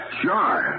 sure